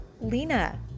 lena